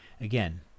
again